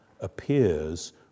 appears